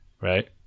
Right